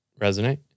resonate